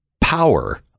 power